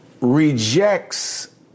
rejects